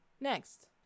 Next